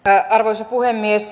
arvoisa puhemies